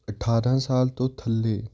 ਅਠਾਰਾਂ ਸਾਲ ਤੋਂ ਥੱਲੇ